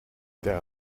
der